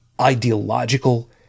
ideological